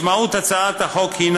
משמעות הצעת החוק היא